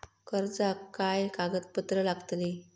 कर्जाक काय कागदपत्र लागतली?